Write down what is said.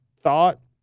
thought